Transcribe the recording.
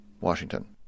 Washington